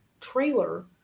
trailer